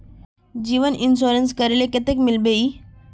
जीवन इंश्योरेंस करले कतेक मिलबे ई?